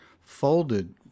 folded